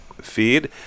feed